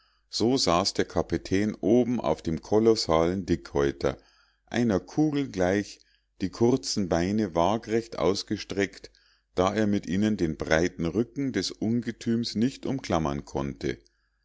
so saß der kapitän oben auf dem kolossalen dickhäuter einer kugel gleich die kurzen beine wagrecht ausgestreckt da er mit ihnen den breiten rücken des ungetüms nicht umklammern konnte